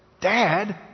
Dad